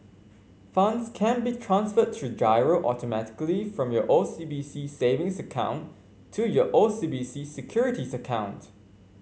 funds can be transferred through GIRO automatically from your O C B C Savings account to your O C B C Securities account